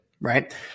right